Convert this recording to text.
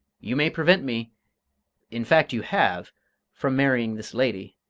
you may prevent me in fact, you have from marrying this lady,